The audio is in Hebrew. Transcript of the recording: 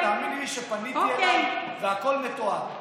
תאמיני לי שפניתי אליו, והכול מתועד.